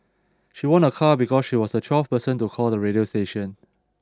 she won a car because she was the twelfth person to call the radio station